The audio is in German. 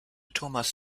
thomas